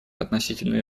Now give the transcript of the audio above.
относительно